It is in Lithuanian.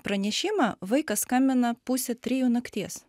pranešimą vaikas skambina pusę trijų nakties